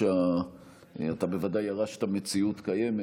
אתה בוודאי ירשת מציאות קיימת,